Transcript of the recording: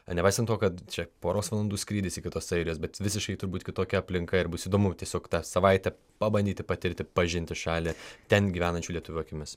nepaisant to kad čia poros valandų skrydis iki tos airijos bet visiškai turbūt kitokia aplinka ir bus įdomu tiesiog tą savaitę pabandyti patirti pažinti šalį ten gyvenančių lietuvių akimis